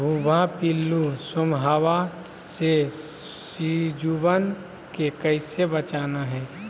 भुवा पिल्लु, रोमहवा से सिजुवन के कैसे बचाना है?